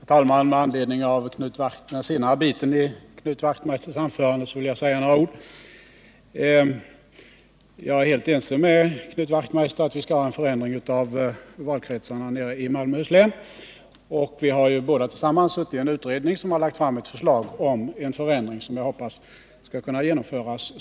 Nr 52 Herr talman! Jag vill säga några ord med anledning av den senare delen av Knut Wachtmeisters anförande. Jag är helt ense med Knut Wachtmeister om att en ändring av valkretsindelningen bör ske i Malmöhus län, och vi har båda suttit i den utredning som lagt fram ett förslag i frågan. Jag hoppas att det också så småningom skall genomföras.